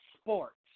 sports